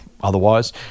otherwise